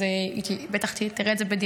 אז בטח היא תראה את זה בדיעבד.